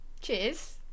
cheers